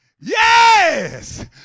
Yes